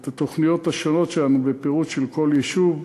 את התוכניות השונות שלנו בפירוט של כל יישוב,